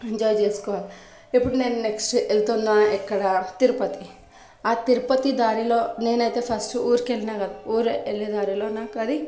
enjoy చేసుకోవాలి ఇప్పుడు నేను నెక్స్ట్ ఎలుతున్నా ఎక్కడ తిరుపతికి ఆ తిరుపతి దారిలో నేనైతే ఫస్ట్ ఊరికి ఎళ్ళినా ఊరు వెళ్ళిన వెళ్లే దారిలో నాకది